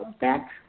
back